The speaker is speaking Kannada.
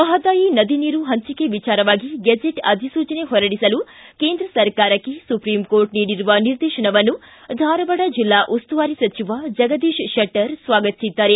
ಮಹಾದಾಯಿ ನದಿ ನೀರು ಹಂಚಿಕೆ ವಿಚಾರವಾಗಿ ಗೆಜೆಟ್ ಅಧಿಸೂಚನೆ ಹೊರಡಿಸಲು ಕೇಂದ್ರ ಸರ್ಕಾರಕ್ಷೆ ಸುಪ್ರೀಂಕೋರ್ಟ್ ನೀಡಿರುವ ನಿರ್ದೇಶನವನ್ನು ಧಾರವಾಡ ಜಿಲ್ಲಾ ಉಸ್ತುವಾರಿ ಸಚಿವ ಜಗದೀಶ್ ಶೆಟ್ಸರ್ ಸ್ನಾಗತಿಸಿದ್ಗಾರೆ